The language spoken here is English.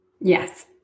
Yes